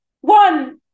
one